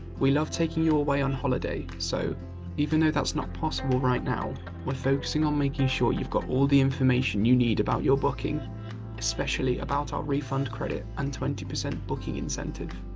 we love taking you away on holiday, so even though that's not possible right now we're focusing on making sure you've got all the information you need about your booking especially about our refund credit and twenty percent booking incentive.